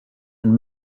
and